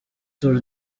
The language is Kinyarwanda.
tour